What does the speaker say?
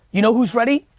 you know who's ready?